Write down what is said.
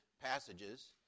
passages